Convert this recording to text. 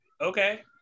Okay